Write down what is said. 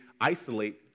isolate